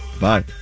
Bye